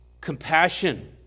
compassion